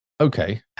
Okay